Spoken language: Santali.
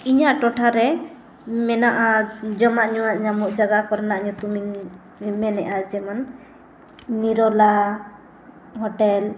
ᱤᱧᱟᱹᱜ ᱴᱚᱴᱷᱟᱨᱮ ᱢᱮᱱᱟᱜᱼᱟ ᱡᱚᱢᱟᱜᱼᱧᱩᱣᱟᱜ ᱧᱟᱢᱚᱜ ᱡᱟᱭᱜᱟ ᱠᱚᱨᱮᱱᱟᱜ ᱧᱩᱛᱩᱢ ᱤᱧ ᱢᱮᱱᱮᱫᱼᱟ ᱡᱮᱢᱚᱱ ᱱᱤᱨᱚᱞᱟ ᱦᱳᱴᱮᱞ